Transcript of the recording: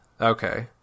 Okay